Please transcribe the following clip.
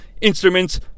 instruments